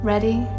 Ready